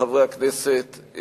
ותועבר על-פי התקנון לוועדת החוקה,